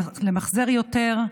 למחזר יותר,